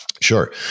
Sure